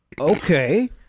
okay